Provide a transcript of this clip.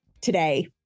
today